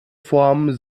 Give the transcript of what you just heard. formen